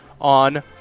on